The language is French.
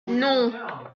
non